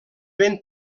ben